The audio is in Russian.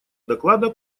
доклада